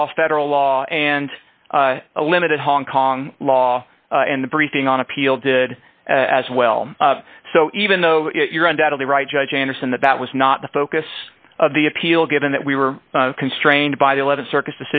law federal law and limited hong kong law and the briefing on appeal did as well so even though you're undoubtedly right judge anderson that that was not the focus of the appeal given that we were constrained by the th circu